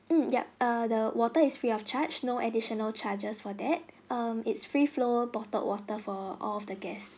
mm yup (errr) the water is free of charge no additional charges for that um it's free flow bottled water for all of the guest